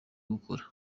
gukora